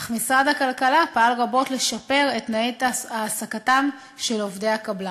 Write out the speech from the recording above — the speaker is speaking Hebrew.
אך משרד הכלכלה פעל רבות לשפר את תנאי תעסוקתם של עובדי הקבלן.